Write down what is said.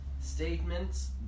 statements